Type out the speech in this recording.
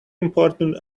important